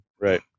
Right